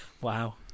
Wow